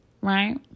right